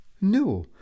No